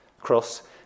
cross